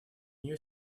нее